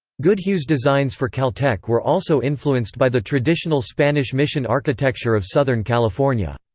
goodhue's designs for caltech were also influenced by the traditional spanish mission architecture of southern california.